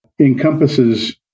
encompasses